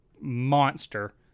monster